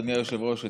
אדוני היושב-ראש,